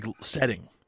setting